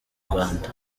rwanda